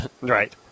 Right